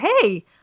hey